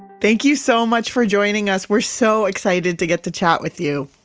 thank you so much for joining us. we're so excited to get to chat with you